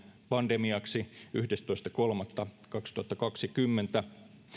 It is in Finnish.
pandemiaksi yhdestoista kolmatta kaksituhattakaksikymmentä